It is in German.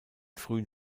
frühen